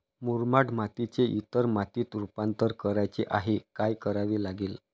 मुरमाड मातीचे इतर मातीत रुपांतर करायचे आहे, काय करावे लागेल?